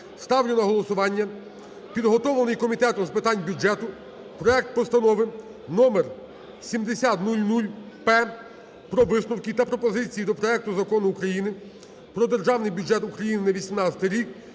ставлю на голосування підготовлений Комітетом з питань бюджету проект Постанови № 7000-П про висновки та пропозиції до проекту Закону України "Про Державний бюджет України на 18-й рік"